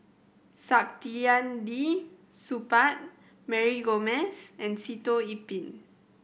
Saktiandi Supaat Mary Gomes and Sitoh Yih Pin